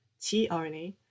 tRNA